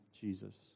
Jesus